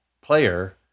player –